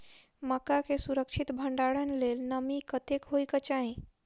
मक्का केँ सुरक्षित भण्डारण लेल नमी कतेक होइ कऽ चाहि?